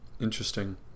Interesting